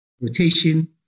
rotation